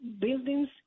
buildings